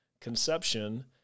conception